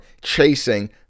chasing